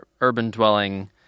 urban-dwelling